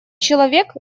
человек